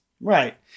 Right